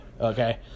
okay